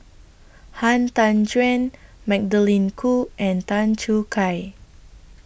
Han Tan Juan Magdalene Khoo and Tan Choo Kai